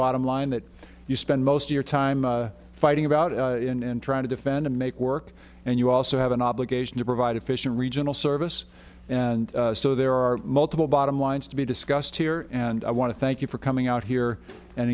bottom line that you spend most of your time fighting about and trying to defend and make work and you also have an obligation to provide efficient regional service and so there are multiple bottom lines to be discussed here and i want to thank you for coming out here and